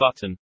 button